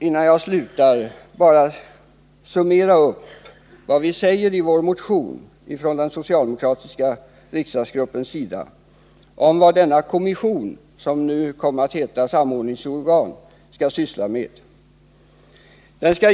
Innan jag slutar vill jag summera vad den socialdemokratiska riksdagsgruppen säger i sin motion om vad denna kommission, som nu kommit att heta samordningsorgan, skall syssla med.